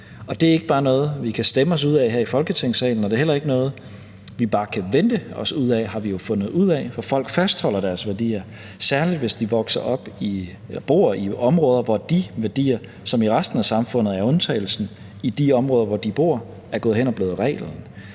Det er ikke noget, vi bare kan stemme os ud af i her i Folketingssalen, og det er heller ikke noget, vi bare kan vente os ud af, har vi jo fundet ud af, for folk fastholder deres værdier, særlig hvis de vokser op og bor i områder, hvor de værdier, som i resten af samfundet er undtagelsen, er gået hen og blevet reglen.